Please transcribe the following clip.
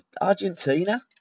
Argentina